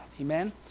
Amen